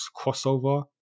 crossover